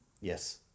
Yes